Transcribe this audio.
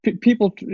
People